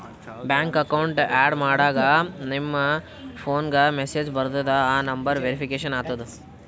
bank account add ಮಾಡಾಗ್ ನಿಮ್ ಫೋನ್ಗ ಮೆಸೇಜ್ ಬರ್ತುದ್ ಆ ನಂಬರ್ ವೇರಿಫಿಕೇಷನ್ ಆತುದ್